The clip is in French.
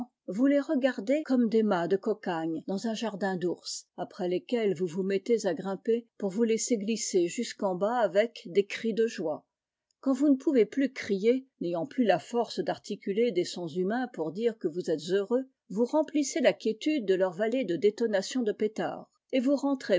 vous les regardez comme des mâts de cocagne dans un jardin d'ours après lesquels vous vous mettez à grimper pour vous laisser glisser jusqu'en bas avec des cris de joie quand vous ne pouvez plus crier n'ayant plus la force d'articuler des sons humains pour dire que vous êtes heureux vous remplissez la quiétude de leurs vallées de détonations de pétards et vous rentrez